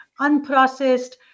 unprocessed